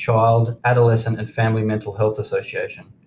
child, adolescent and family mental health association.